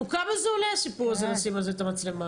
אז כמה כבר עולה לשים על זה מצלמה?